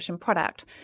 product